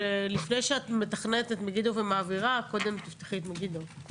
שלפני שאת מתכננת את מגידו ומעבירה קודם תפתחי את מגידו.